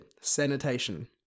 sanitation